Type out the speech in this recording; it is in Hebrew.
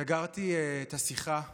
סגרתי את השיחה ודמעתי.